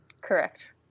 Correct